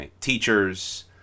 teachers